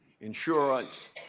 insurance